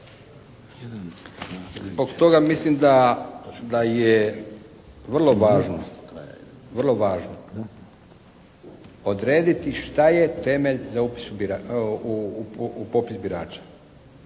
Zbog toga mislim da je vrlo važno odrediti šta je temelj za upis u popis birača.